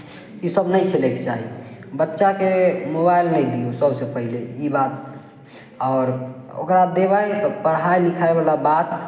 इसभ नहि खेलयके चाही बच्चाकेँ मोबाइल नहि दियौ सभसँ पहिले ई बात आओर ओकरा देबै तऽ पढ़ाइ लिखाइवला बात